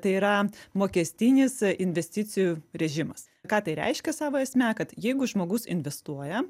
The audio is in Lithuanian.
tai yra mokestinis investicijų režimas ką tai reiškia savo esme kad jeigu žmogus investuoja